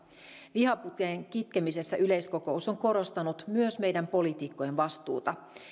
vihapuheen kitkemisessä yleiskokous on korostanut myös meidän poliitikkojen vastuuta